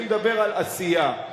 אני מדבר על עשייה,